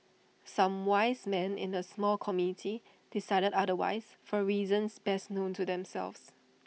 some wise men in the small committee decided otherwise for reasons best known to themselves